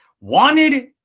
wanted